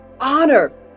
honor